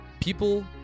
people